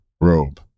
robe